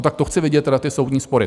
Tak to chci vidět tedy ty soudní spory!